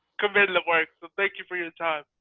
commend the work. so thank you for your time.